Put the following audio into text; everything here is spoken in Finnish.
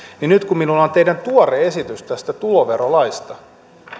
niin nyt kun minulla on teidän tuore esityksenne tästä tuloverolaista